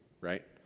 right